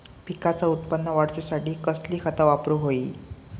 पिकाचा उत्पन वाढवूच्यासाठी कसली खता वापरूक होई?